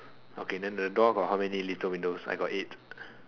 okay then the door got how many little window I got eight